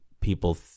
people